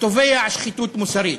תובע שחיתות מוסרית.